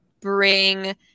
bring